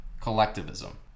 collectivism